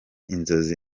inzozi